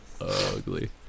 ugly